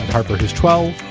harper, who's twelve.